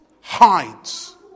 hides